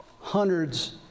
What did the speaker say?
hundreds